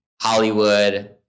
Hollywood